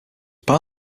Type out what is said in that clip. part